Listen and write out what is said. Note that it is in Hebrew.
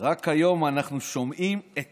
רק היום אנחנו שומעים את